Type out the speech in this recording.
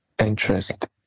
interest